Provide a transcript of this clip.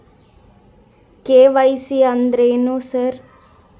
KYC ಅಂದ್ರೇನು sir?